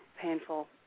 painful